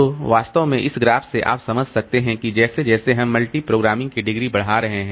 तो वास्तव में इस ग्राफ से आप समझ सकते हैं कि जैसे जैसे हम मल्टीप्रोग्रामिंग की डिग्री बढ़ा रहे हैं